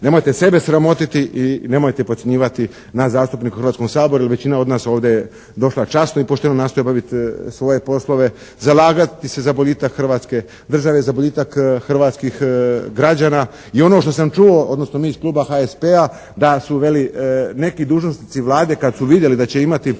nemojte sebe sramotiti i nemojte podcjenjivati nas zastupnike u Hrvatskom saboru jer većina od nas ovdje je došla časno i pošteno nastoje obaviti svoje poslove, zalagati se za boljitak Hrvatske države, za boljitak hrvatskih građana. I ono što sam čuo, odnosno mi iz kluba HSP-a, da su veli neki dužnosnici Vlade kad su vidjeli da će imati plaću